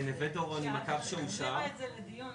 את השינויים לאורך התכנון,